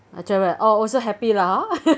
uh travel ah also happy lah